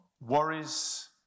worries